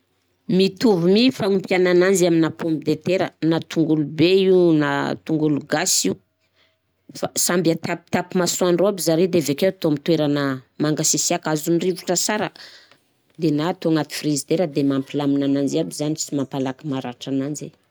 Mitovy mi fagnompiana ananzy amina pomme de terre na tongolo be io na tongolo gasy io fa samby atapitapy masoando aby zare de avekeo atao amin'ny toerana mangasisiaka, azon'ny rivotra sara de na atao anaty frizidera de mampilamina ananjy aby zany, sy mampamalaky maratra ananjy.